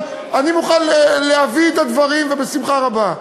אני מוכן להביא את הדברים בשמחה רבה.